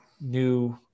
new